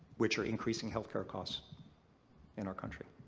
which are increasing healthcare costs in our country.